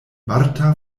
marta